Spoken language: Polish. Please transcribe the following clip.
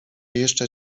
jeszcze